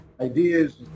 ideas